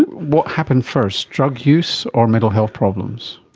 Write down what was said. what happened first, drug use or mental health problems?